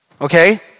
Okay